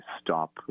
stop